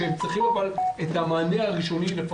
שהם צריכים מענה ראשוני לפחות.